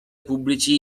pubblici